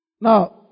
Now